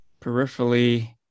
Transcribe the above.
peripherally